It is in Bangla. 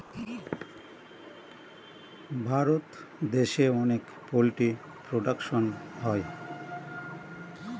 ভারত দেশে অনেক পোল্ট্রি প্রোডাকশন হয়